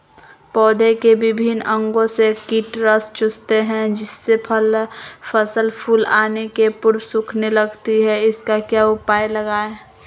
पौधे के विभिन्न अंगों से कीट रस चूसते हैं जिससे फसल फूल आने के पूर्व सूखने लगती है इसका क्या उपाय लगाएं?